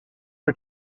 are